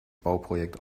bauprojekt